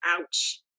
Ouch